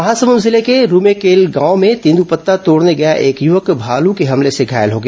महासमुंद जिले के रूमेकेल गांव में तेंदूपत्ता तोड़ने गया एक युवक भालू के हमले से घायल हो गया